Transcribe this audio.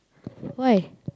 why